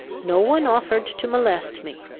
no one offered to molest me.